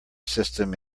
system